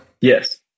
yes